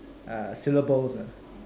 uh syllables lah